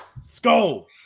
Skull